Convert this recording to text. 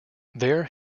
there